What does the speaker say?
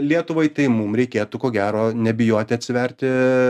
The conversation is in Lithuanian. lietuvai tai mum reikėtų ko gero nebijoti atsiverti